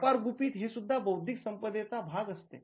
व्यापार गुपित हे सुद्धा बौद्धिक संपदेचा भाग असते